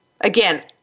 Again